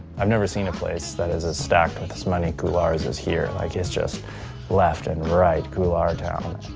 i've never seen a place that is as stacked with as many couloirs as here. like it's just left and right, couloir town.